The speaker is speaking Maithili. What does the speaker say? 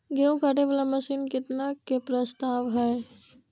गेहूँ काटे वाला मशीन केतना के प्रस्ताव हय?